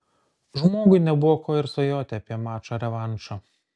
žmogui nebuvo ko ir svajoti apie mačą revanšą